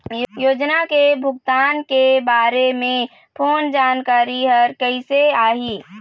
योजना के भुगतान के बारे मे फोन जानकारी हर कइसे आही?